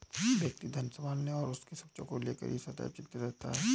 व्यक्ति धन संभालने और उसकी सुरक्षा को लेकर ही सदैव चिंतित रहता है